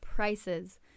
prices